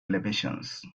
elevations